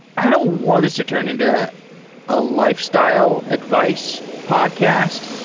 i don't want this to turn into a lifes tyle advice podcast.